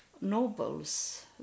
Nobles